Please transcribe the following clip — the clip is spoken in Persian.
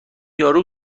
یارو